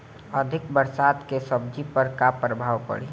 अधिक बरसात के सब्जी पर का प्रभाव पड़ी?